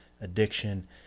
addiction